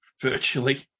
virtually